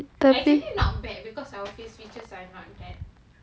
mm mm